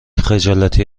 خجالتی